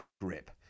grip